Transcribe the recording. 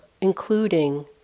including